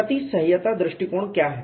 क्षति सह्यता का दृष्टिकोण क्या है